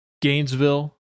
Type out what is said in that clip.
Gainesville